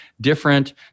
different